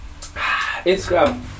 Instagram